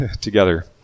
together